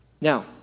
Now